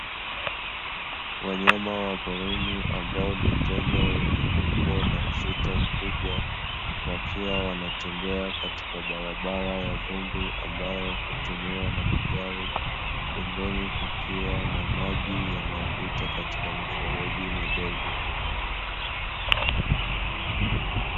Wanyama wa porini ambao ni tembo wenye umbo na uzito mkubwa, wakiwa wanatembea katika barabara ya vumbi ambayo hutumiwa na magari, pembeni kukiwa na maji yanayopita katika mifereji midogo.